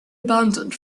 abandoned